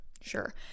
sure